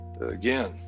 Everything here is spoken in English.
Again